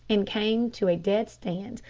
and came to a dead stand,